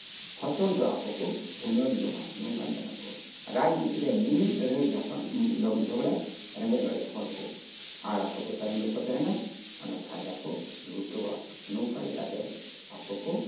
ᱯᱷᱚᱥᱚᱞ ᱫᱚ ᱟᱠᱚ ᱠᱚ ᱦᱩᱱᱟᱹᱨ ᱡᱚᱝᱟ ᱱᱚᱝᱠᱟᱱ ᱠᱟᱱᱟ ᱠᱚ ᱨᱟᱡᱱᱤᱛᱤ ᱨᱮ ᱢᱤᱢᱤᱫ ᱜᱚᱴᱟᱱ ᱞᱟᱹᱲᱦᱟᱹᱭ ᱡᱷᱚᱜᱽᱲᱟ ᱨᱮᱸᱜᱮᱡᱼᱚᱨᱮᱡ ᱦᱚᱲ ᱠᱚ ᱟᱨ ᱟᱠᱚ ᱫᱚ ᱛᱟᱭᱚᱢ ᱨᱮᱠᱚ ᱛᱟᱦᱮᱱᱟ ᱚᱱᱟ ᱯᱷᱟᱭᱫᱟ ᱠᱚ ᱞᱩᱴᱟᱹᱣᱟ ᱱᱚᱝᱠᱟ ᱞᱮᱠᱟ ᱛᱮ ᱟᱠᱚ ᱠᱚ